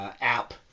App